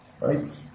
Right